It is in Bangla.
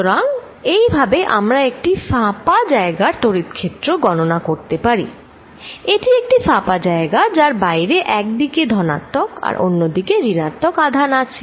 সুতরাং এইভাবে আমরা একটি ফাঁপা জায়গার তড়িৎক্ষেত্র গণনা করতে পারি এটি একটি ফাঁপা জায়গা যার বাইরে একদিকে ধনাত্মক আর অন্যদিকে ঋণাত্মক আধান আছে